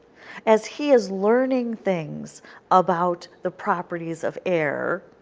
as he is learning things about the properties of air,